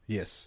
Yes